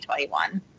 2021